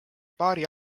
paari